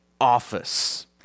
office